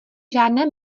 žádné